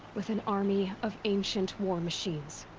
with an army of ancient war machines.